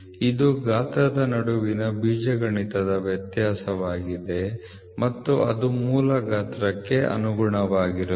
ಇದು ಗಾತ್ರದ ನಡುವಿನ ಬೀಜಗಣಿತದ ವ್ಯತ್ಯಾಸವಾಗಿದೆ ಮತ್ತು ಅದು ಮೂಲ ಗಾತ್ರಕ್ಕೆ ಅನುಗುಣವಾಗಿರುತ್ತದೆ